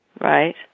right